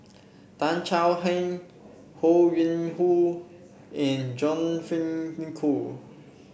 Tan Chay Yan Ho Yuen Hoe and John Fearns Nicoll